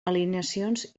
alineacions